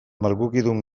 malgukidun